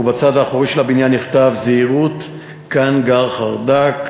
ובצד האחורי של הבניין נכתב "זהירות כאן גר חרד"ק,